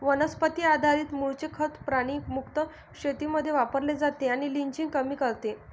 वनस्पती आधारित मूळचे खत प्राणी मुक्त शेतीमध्ये वापरले जाते आणि लिचिंग कमी करते